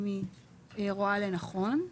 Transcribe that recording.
אם היא רואה לנכון.